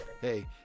Hey